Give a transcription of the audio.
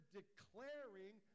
declaring